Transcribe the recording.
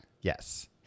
Yes